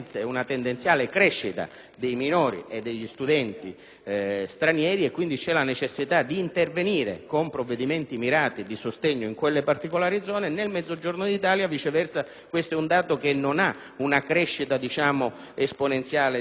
dei minori e degli studenti stranieri, con conseguente la necessità di intervenire con provvedimenti mirati a sostegno in quelle particolari zone. Nel Mezzogiorno d'Italia, viceversa, questo dato non ha una crescita esponenziale di particolare rilievo.